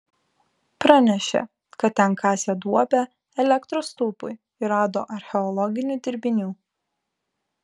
pranešė kad ten kasė duobę elektros stulpui ir rado archeologinių dirbinių